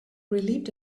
relieved